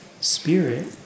Spirit